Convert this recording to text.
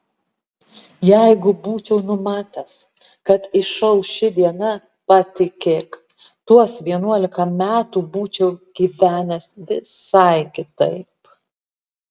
jeigu būčiau numatęs kad išauš ši diena patikėk tuos vienuolika metų būčiau gyvenęs visai kitaip